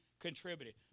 contributed